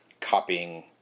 copying